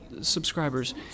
subscribers